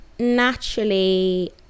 naturally